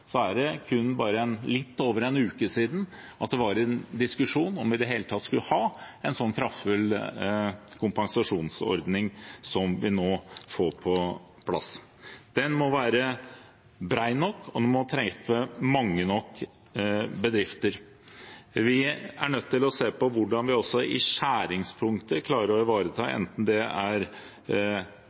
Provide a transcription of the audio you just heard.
så er det bare litt over en uke siden det var en diskusjon om vi i det hele tatt skulle ha en så kraftfull kompensasjonsordning som vi nå får på plass. Den må være bred nok, og den må treffe mange nok bedrifter. Vi er nødt til å se på hvordan vi klarer å ivareta enten det er